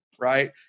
Right